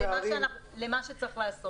מה צריך לעשות?